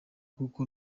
kuko